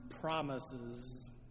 promises